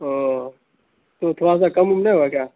اوہ تو تھوڑا سا کم وم نہیں ہوگا کیا